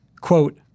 quote